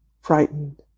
frightened